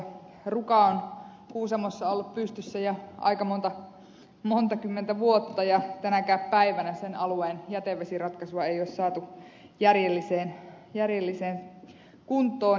ruka on kuusamossa ollut pystyssä jo aika monta kymmentä vuotta ja tänäkään päivänä sen alueen jätevesiratkaisua ei ole saatu järjelliseen kuntoon